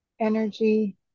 energy